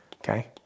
Okay